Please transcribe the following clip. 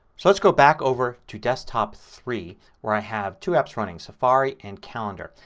so let's go back over to desktop three where i have two apps running safari and calendar.